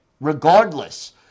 regardless